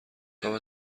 تاپ